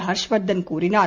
ஹர்ஷ் வர்தன் கூறினார்